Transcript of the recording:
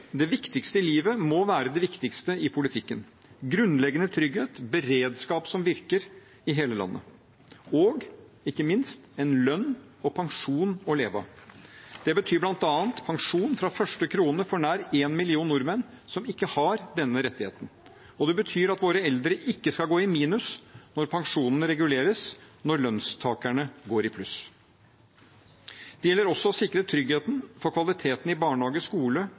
Det viktigste i livet må være det viktigste i politikken – grunnleggende trygghet, beredskap som virker i hele landet, og ikke minst en lønn og en pensjon å leve av. Det betyr bl.a. pensjon fra første krone for nær én million nordmenn som ikke har denne rettigheten, og det betyr at våre eldre ikke skal gå i minus når pensjonene reguleres, når lønnstakerne går i pluss. Det gjelder også å sikre tryggheten for kvaliteten i barnehage, skole,